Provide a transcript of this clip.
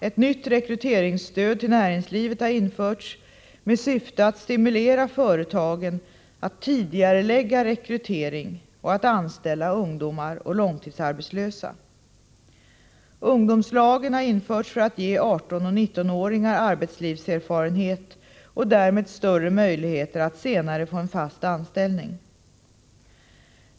Ett nytt rekryteringsstöd till näringslivet har införts med syfte att stimulera företagen att tidigarelägga rekrytering och att anställa ungdomar och långtidsarbetslösa. Ungdomslagen har införts för att ge 18 och 19-åringar arbetslivserfarenhet och där. ed större möjligheter att senare få en fast anställning.